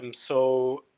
um so,